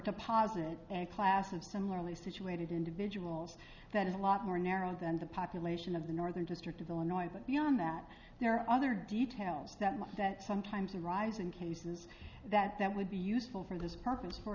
to posit a class of similarly situated individuals that is a lot more narrow than the population of the northern district of illinois but beyond that there are other details that much that sometimes arise in cases that that would be useful for this purpose for